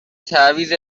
تعویض